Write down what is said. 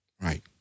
Right